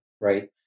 right